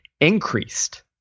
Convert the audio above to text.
increased